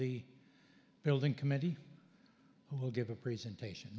the building committee who give a presentation